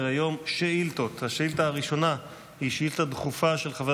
השאילתה הראשונה היא שאילתה דחופה של חבר